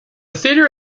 theater